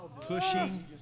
pushing